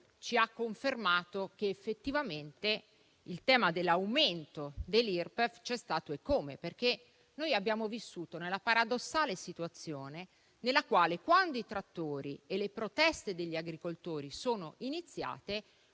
ci ha confermato che effettivamente il tema dell'aumento dell'Irpef c'è stato eccome. Noi abbiamo vissuto nella paradossale situazione nella quale, quando i trattori e le proteste degli agricoltori sono iniziate,